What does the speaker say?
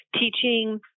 teaching